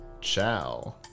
Ciao